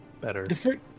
better